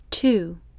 Two